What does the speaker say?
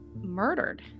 murdered